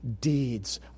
deeds